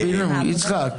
יצחק,